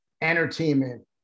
entertainment